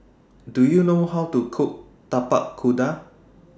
Do YOU know How to Cook Tapak Kuda